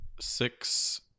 six